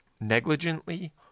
negligently